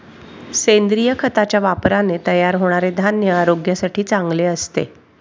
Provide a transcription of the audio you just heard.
सेंद्रिय खताच्या वापराने तयार होणारे धान्य आरोग्यासाठी चांगले असते